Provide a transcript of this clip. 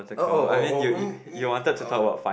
oh oh oh oh oh